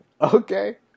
Okay